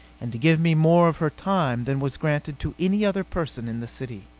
and to give me more of her time than was granted to any other person in the city.